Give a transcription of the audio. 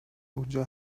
اونجا